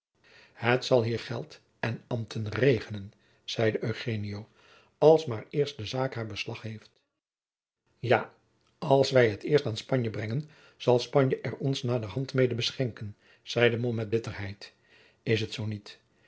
het zal hier geld en ambten regenen zeide eugenio als maar eerst de zaak haar beslag heeft ja als wij het eerst aan spanje brengen zal spanje er ons naderhand mede beschenken zeide mom met bitterheid is het zoo niet